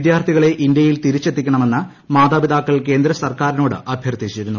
വിദ്യാർത്ഥികളെ ഇന്ത്യയിൽ തിരിച്ചെത്തിക്കണമെന്ന് മാതാപിതാക്കൾ കേന്ദ്ര സർക്കാരിനോട് അഭ്യർത്ഥിച്ചിരുന്നു